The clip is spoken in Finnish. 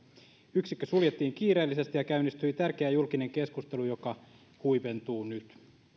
yksikkö suljettiin kiireellisesti ja käynnistyi tärkeä julkinen keskustelu joka huipentuu nyt